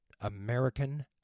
American